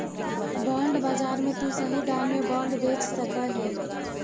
bond बाजार में तु सही दाम में बॉन्ड बेच सकऽ हे